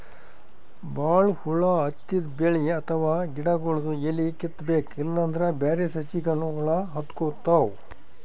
ಭಾಳ್ ಹುಳ ಹತ್ತಿದ್ ಬೆಳಿ ಅಥವಾ ಗಿಡಗೊಳ್ದು ಎಲಿ ಕಿತ್ತಬೇಕ್ ಇಲ್ಲಂದ್ರ ಬ್ಯಾರೆ ಸಸಿಗನೂ ಹುಳ ಹತ್ಕೊತಾವ್